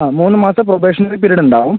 ആ മൂന്ന് മാസത്തെ പ്രൊബേഷണറി പീരീഡ് ഉണ്ടാവും